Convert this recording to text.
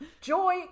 Joy